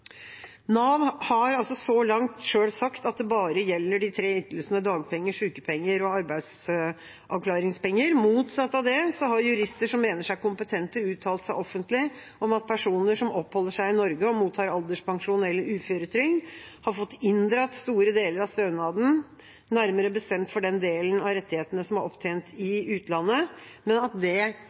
Nav har så langt selv sagt at det bare gjelder de tre ytelsene dagpenger, sykepenger og arbeidsavklaringspenger. Motsatt av det har jurister som mener seg kompetente, uttalt seg offentlig om at personer som oppholder seg i Norge og mottar alderspensjon eller uføretrygd, har fått inndratt store deler av stønaden, nærmere bestemt for den delen av rettighetene som er opptjent i utlandet, men at det